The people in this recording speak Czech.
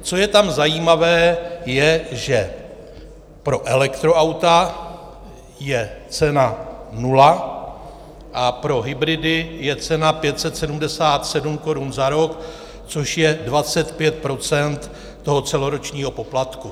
Co je tam zajímavé, je, že pro elektroauta je cena 0 a pro hybridy je cena 577 korun za rok, což je 25 % toho celoročního poplatku.